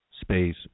space